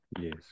Yes